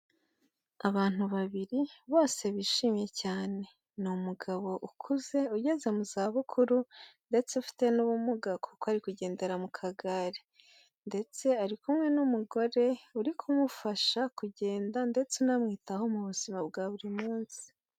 Abantu babiri bose bishimye cyane. Ni umugabo ukuze ugeze mu zabukuru ndetse ufite n'ubumuga kuko ari kugendera mu kagare ndetse ari kumwe n'umugore uri kumufasha kugenda ndetse unamwitaho mu buzima bwa buri munsi.